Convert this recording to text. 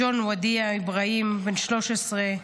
ג'וני וודיע אבראהים, בן 13,